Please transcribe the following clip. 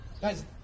Guys